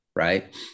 Right